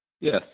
Yes